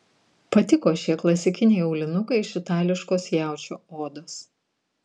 patiko šie klasikiniai aulinukai iš itališkos jaučio odos